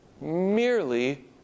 merely